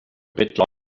bit